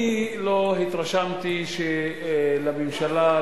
אני לא התרשמתי שלממשלה,